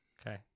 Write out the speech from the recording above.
Okay